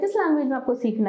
language